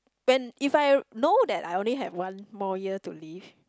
when if I know that I only have one more year to live